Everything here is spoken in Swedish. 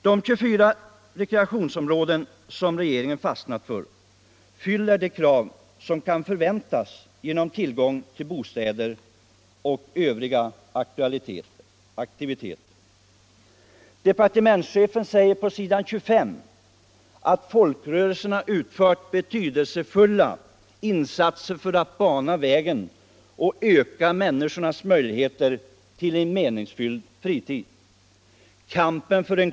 De 24 rekreationsområden som regeringen fastnat för fyller de krav som kan förväntas genom tillgång till bostäder och övriga aktiviteter. Departementschefen säger på s. 25 i propositionen att folkrörelserna utfört betydelsefulla insatser för att bana vägen och öka människornas möjligheter till en meningsfylld fritid.